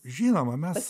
žinoma mes